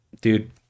dude